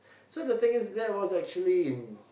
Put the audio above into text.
so the thing is that was actually in